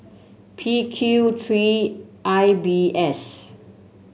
P Qthree I B S